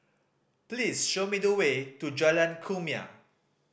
please show me the way to Jalan Kumia